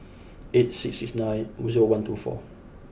eight six six nine zero one two four